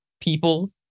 people